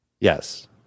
Yes